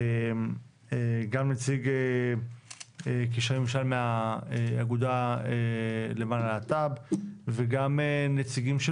גם נציג קשרי ממשל מהאגודה למען הלהט"ב וגם נציגים של